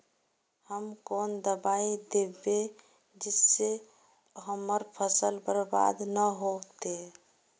हम कौन दबाइ दैबे जिससे हमर फसल बर्बाद न होते?